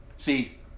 See